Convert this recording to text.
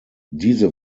diese